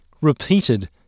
repeated